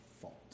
fault